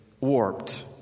warped